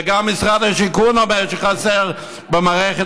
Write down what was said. ומשרד השיכון גם אומר שחסרות במערכת